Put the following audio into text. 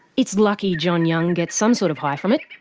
it's lucky john young gets some sort of high from it,